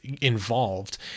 involved